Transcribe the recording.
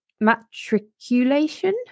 matriculation